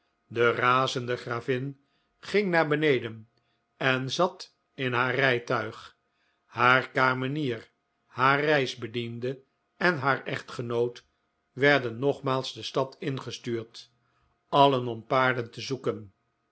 de razende gravin ging naar beneden en zat in haar rijtuig haar kamenier haar reisbediende en haar echtgenoot werden nogmaals de stad ingestuurd alien om paarden te zoeken